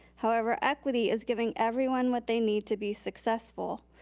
however, equity is giving everyone what they need to be successful.